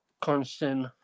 constant